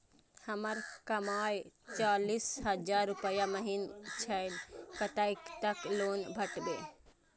हमर कमाय चालीस हजार रूपया महिना छै कतैक तक लोन भेटते?